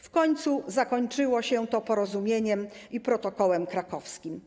W końcu zakończyło się to porozumieniem i protokołem krakowskim.